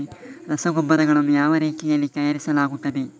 ರಸಗೊಬ್ಬರಗಳನ್ನು ಯಾವ ರೀತಿಯಲ್ಲಿ ತಯಾರಿಸಲಾಗುತ್ತದೆ?